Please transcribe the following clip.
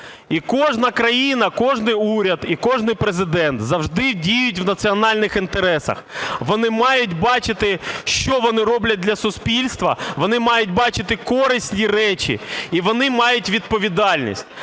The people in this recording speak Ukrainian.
І кожна країна, кожен уряд, і кожен Президент завжди діють в національних інтересах. Вони мають бачити, що вони роблять для суспільства. Вони мають бачити корисні речі, і вони мають відповідальність.